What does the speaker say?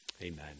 Amen